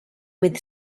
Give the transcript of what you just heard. with